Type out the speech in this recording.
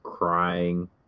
Crying